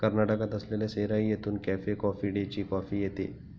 कर्नाटकात असलेल्या सेराई येथून कॅफे कॉफी डेची कॉफी येते